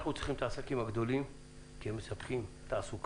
אנחנו צריכים להתעסק עם הגדולים כי הם מספקים תעסוקה,